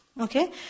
Okay